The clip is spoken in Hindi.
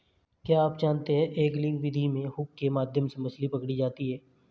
क्या आप जानते है एंगलिंग विधि में हुक के माध्यम से मछली पकड़ी जाती है